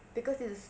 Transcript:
because this is